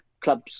clubs